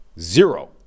zero